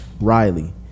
Riley